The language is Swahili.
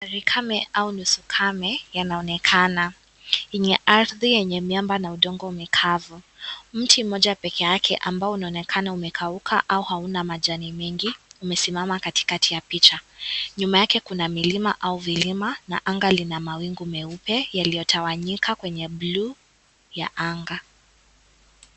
Likame au nusu kame linaonekana yenye ardhi yenye miamba na udongo mwekavu mti mmoja peke yake ambao unaonekana umekauka au hauna majani mingi umesimama katikati ya picha nyuma yake kuna milima ama vilima na anga lina mawingu meupe yaliyo tawanyika kwenye bluu ya anga.